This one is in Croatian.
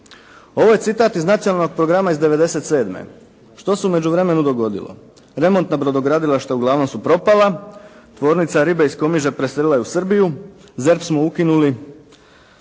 Ovaj citat je iz nacionalnog programa iz '97. Što se u međuvremenu dogodilo? Remontna brodogradilišta uglavnom su propala, tvornica ribe iz Komiže preselila je u Srbiju, ZERP smo ukinuli,